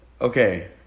Okay